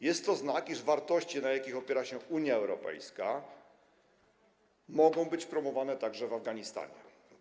Jest to znak, iż wartości, na jakich opiera się Unia Europejska, mogą być promowane także w Afganistanie.